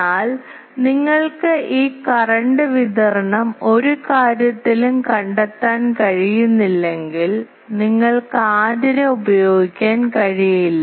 എന്നാൽ നിങ്ങൾക്ക് ഈ കറന്റ് വിതരണം ഒരു കാര്യത്തിലും കണ്ടെത്താൻ കഴിയുന്നില്ലെങ്കിൽ നിങ്ങൾക്ക് ആന്റിന ഉപയോഗിക്കാൻ കഴിയില്ല